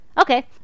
okay